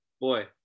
Boy